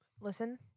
listen